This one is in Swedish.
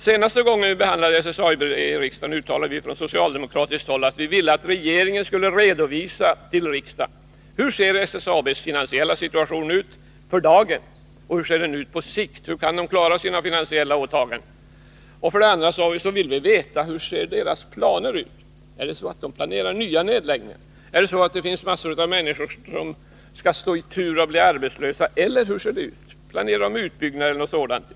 Senaste gången vi behandlade SSAB i riksdagen uttalade socialdemokra terna att vi ville att regeringen skulle redovisa till riksdagen hur SSAB:s finansiella situation ter sig, för dagen och på sikt. Vidare ville vi veta hur deras planer ser ut. Planerar de nya nedläggningar? Står massor av människor i tur att bli arbetslösa?